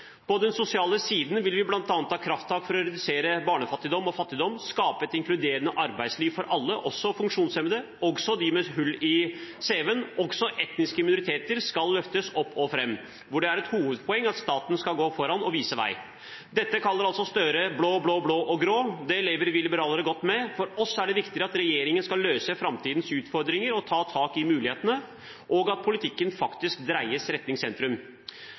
På den sosiale siden vil vi bl.a. ta krafttak for å redusere barnefattigdom og fattigdom, skape et inkluderende arbeidsliv for alle, også for funksjonshemmede og for dem med hull i cv-en. Også etniske minoriteter skal løftes opp og fram, og det er et hovedpoeng at staten skal gå foran og vise vei. Dette kaller altså Gahr Støre blå-blå-blå og grå. Det lever vi liberalere godt med. For oss er det viktige at regjeringen skal løse framtidens utfordringer og ta tak i mulighetene, og at politikken faktisk dreies